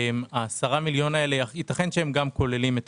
ה-10 מיליון שקלים האלה ייתכן שכוללים גם